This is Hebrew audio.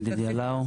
ידידיה לאו,